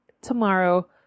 tomorrow